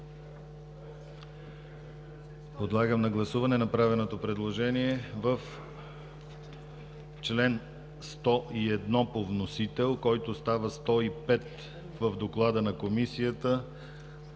Подлагам на гласуване направеното предложение в чл. 101 по вносител, който става 105 в доклада на Комисията,